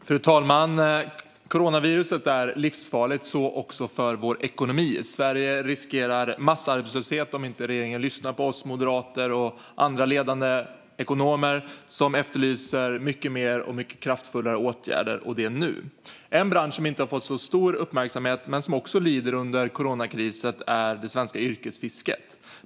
Fru talman! Coronaviruset är livsfarligt, och så även för vår ekonomi. Sverige riskerar massarbetslöshet om regeringen inte lyssnar på oss moderater och ledande ekonomer som efterlyser mycket mer och mycket kraftfullare åtgärder - och det nu. En bransch som inte har fått särskilt stor uppmärksamhet men som också lider under coronakrisen är det svenska yrkesfisket.